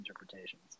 interpretations